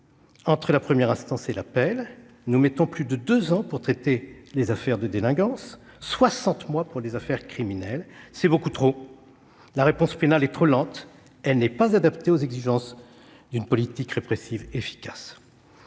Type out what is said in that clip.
Entre la première instance et l'appel, il faut plus de deux ans pour traiter les affaires de délinquance, soixante mois pour les affaires criminelles. C'est beaucoup trop. La réponse pénale est trop lente, elle n'est pas adaptée aux exigences d'une politique répressive efficace.